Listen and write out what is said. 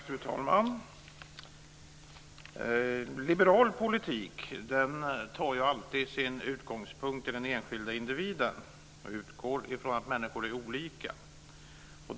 Fru talman! Liberal politik tar alltid sin utgångspunkt i den enskilde individen. Man utgår från att människor är olika.